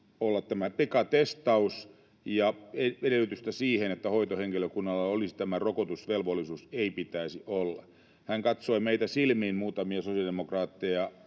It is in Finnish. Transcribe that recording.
olla pikatestaus ja että edellytystä siihen, että hoitohenkilökunnalla olisi tämä rokotusvelvollisuus, ei pitäisi olla. Hän katsoi silmiin meitä muutamia sosiaalidemokraatteja,